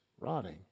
rotting